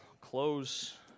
close